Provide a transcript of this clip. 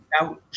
Now